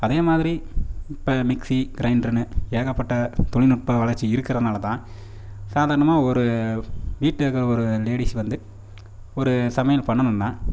அதே மாதிரி இப்போ மிக்ஸி கிரைண்டர்னு ஏகப்பட்ட தொழில்நுட்ப வளர்ச்சி இருக்கிறனால தான் சாதாரணமாக ஒரு வீட்டில் இருக்கிற ஒரு லேடிஸ் வந்து ஒரு சமையல் பண்ணனும்னா